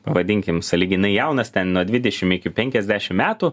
vadinkim sąlyginai jaunas ten nuo dvidešim iki penkiasdešim metų